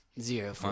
zero